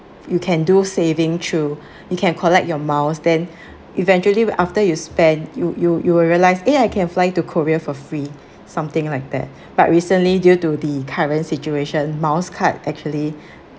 you can do saving through you can collect your miles then eventually after you spend you you you will realise eh I can fly to korea for free something like that but recently due to the current situation miles card actually